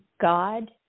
God